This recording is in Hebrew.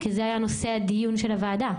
כי זה נושא הדיון של הוועדה.